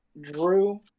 Drew